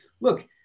look